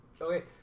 Okay